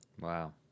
Wow